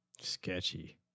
Sketchy